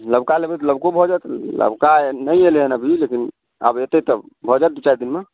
लकबा लेबै तऽ लबको भऽ जेतै लबका नहि एलैहँ अभी लेकिन आब एतै तऽ भऽ जाएत दू चारि दिनमे